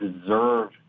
deserve